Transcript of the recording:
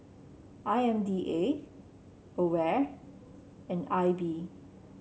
I M D A Aware and I B